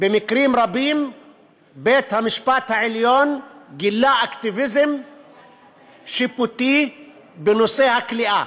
במקרים רבים בית-המשפט העליון גילה אקטיביזם שיפוטי בנושא הכליאה.